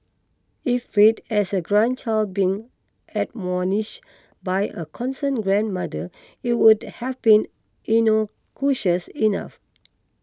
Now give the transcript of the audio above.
if read as a grandchild being admonish by a concerned grandmother it would have been innocuous enough